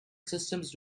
systems